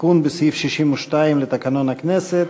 תיקון סעיף 62 לתקנון הכנסת.